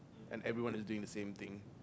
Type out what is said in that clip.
and everyone is doing the same thing